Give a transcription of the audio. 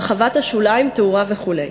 הרחבת השוליים, תאורה וכו'.